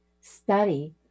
study